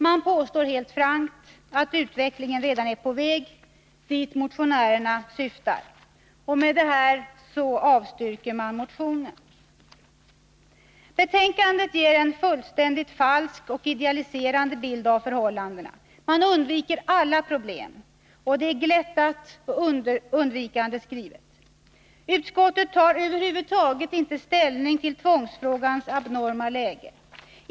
Man påstår helt frankt att utvecklingen redan är på väg dit motionärerna syftar, och med det avstyrker man motionerna. Betänkandet ger en fullständigt falsk och idealiserande bild av förhållandena. Det undviker alla problem. Det är glättat och undvikande skrivet. Utskottet tar över huvud taget inte ställning till tvångsfrågans abnorma läge.